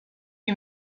you